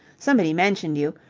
somebody mentioned you,